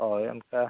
ᱦᱳᱭ ᱚᱱᱠᱟ